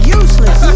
useless